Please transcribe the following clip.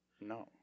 No